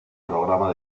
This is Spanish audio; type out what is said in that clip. programa